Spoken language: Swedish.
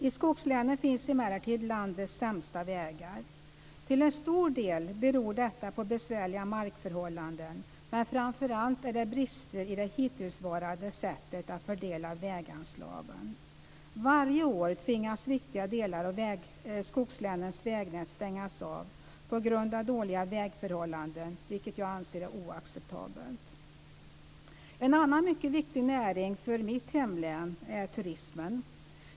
I skogslänen finns emellertid landets sämsta vägar. Till en stor del beror detta på besvärliga markförhållanden, men framför allt är det brister i det hittillsvarande sättet att fördela väganslagen. Varje år tvingas viktiga delar av skogslänens vägnät stängas av på grund av dåliga vägförhållanden, vilket jag anser är oacceptabelt. En annan mycket viktig näring för mitt hemlän är turismen.